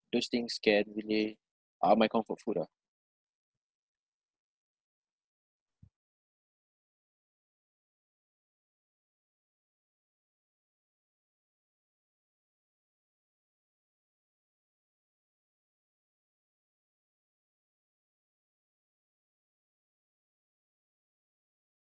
those things can really are my comfort food ah